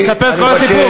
אורלי, לספר את כל הסוף?